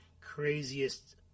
craziest